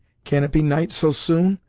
can it be night so soon?